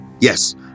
Yes